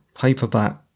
paperback